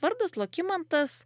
vardas lokimantas